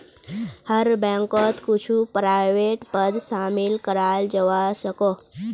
हर बैंकोत कुछु प्राइवेट पद शामिल कराल जवा सकोह